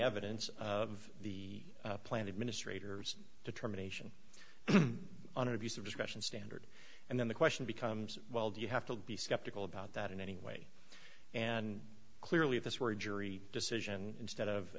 evidence of the plan administrator determination on abuse of discretion standard and then the question becomes well do you have to be skeptical about that in any way and clearly if this were a jury decision instead of a